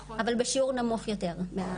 נכון, אבל בשיעור נמוך יותר.